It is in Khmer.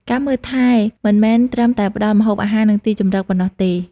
ការមើលថែ មិនមែនត្រឹមតែផ្ដល់ម្ហូបអាហារ និងទីជម្រកប៉ុណ្ណោះទេ។